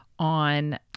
on